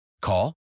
Call